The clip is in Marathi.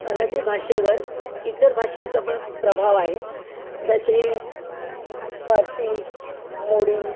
मराठी भाषेवर इतर भाषांचा पण प्रभाव आहे जसे परची मोडी